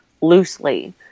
loosely